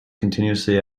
continuously